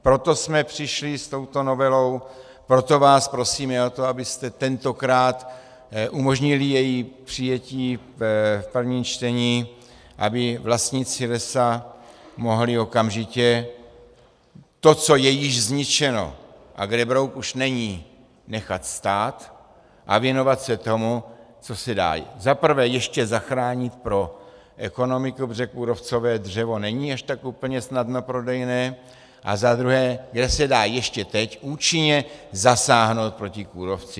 Proto jsme přišli s touto novelou, proto vás prosíme o to, abyste tentokrát umožnili její přijetí v prvním čtení, aby vlastníci lesa mohli okamžitě to, co je již zničeno a kde brouk už není, nechat stát a věnovat se tomu, co se dá za prvé ještě zachránit pro ekonomiku, protože kůrovcové dřevo není až tak úplně snadno prodejné, a za druhé, kde se dá ještě teď účinně zasáhnout proti kůrovci.